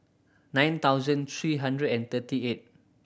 nine thousand three hundred and thirty eight